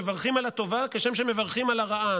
מברכים על הטובה כשם שמברכים על הרעה.